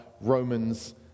Romans